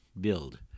build